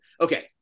okay